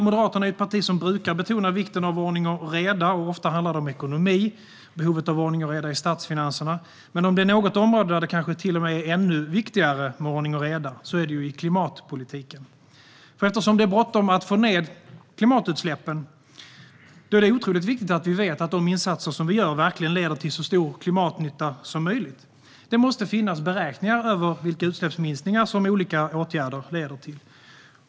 Moderaterna är ett parti som brukar betona vikten av ordning och reda. Ofta handlar det om ekonomi och behovet av ordning och reda i statsfinanserna. Men om det är något område där det kanske till och med är ännu viktigare med ordning och reda är det klimatpolitiken. Eftersom det är bråttom att få ned utsläppen är det otroligt viktigt att vi vet att de insatser som vi gör verkligen leder till så stor klimatnytta som möjligt. Det måste finnas beräkningar över vilka utsläppsminskningar olika åtgärder leder till.